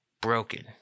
broken